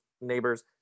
neighbors